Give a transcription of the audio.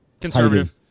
conservative